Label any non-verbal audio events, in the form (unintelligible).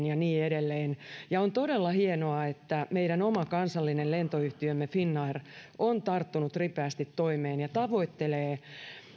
(unintelligible) ja niin edelleen ja on todella hienoa että meidän oma kansallinen lentoyhtiömme finnair on tarttunut ripeästi toimeen ja tavoittelee